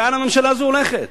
לאן הממשלה הזאת הולכת.